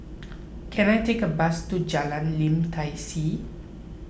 can I take a bus to Jalan Lim Tai See